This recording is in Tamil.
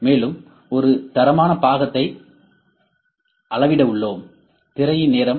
மேலும் ஒரு தரமான பாகத்தை அளவிடவுள்ளோம்